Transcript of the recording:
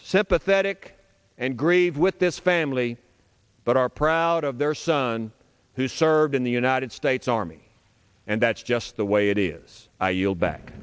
sympathetic and grieve with this family but are proud of their son who served in the united states army and that's just the way it is i yield back